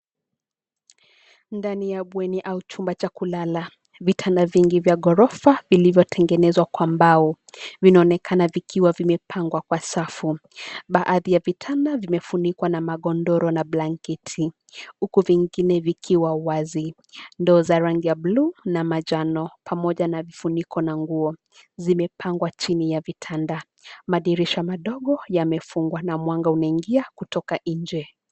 Ndani ya bweni au chumba cha kulala, vitanda vingi vya gorofa vilivyotengenezwa kwa mbao vinaonekana vikiwa vimepangwa kwa safu. Baadhi ya vitanda vimefunikwa na magodoro na blanketi, huku vingine vikiwa wazi. Ndoo za rangi ya bluu na manjano pamoja na vifuniko na nguo zimepangwa chini ya vitanda. Madirisha madogo yamefungwa na mwanga unaingia kutoka nje.